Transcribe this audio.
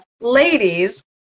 ladies